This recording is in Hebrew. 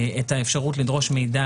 עו"ד הרצוג, תסביר לנו במה מדובר.